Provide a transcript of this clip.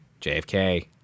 JFK